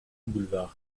boulevard